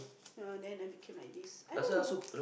yeah then I became like this I don't know